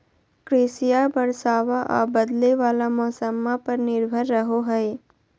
कृषिया बरसाबा आ बदले वाला मौसम्मा पर निर्भर रहो हई